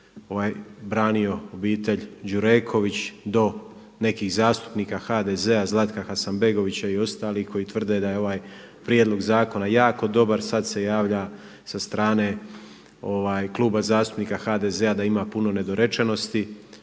je branio obitelj Đureković do nekih zastupnika HDZ-a, Zlatka Hasanbegovića i ostalih koji tvrde da je ovaj prijedlog zakona jako dobar. Sad se javlja sa strane Kluba zastupnika HDZ-a da ima puno nedorečenosti.